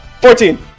Fourteen